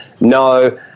No